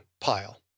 pile